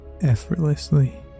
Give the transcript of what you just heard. effortlessly